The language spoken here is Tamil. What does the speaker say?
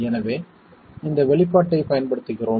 எனவே இந்த வெளிப்பாட்டைப் பயன்படுத்துகிறோம்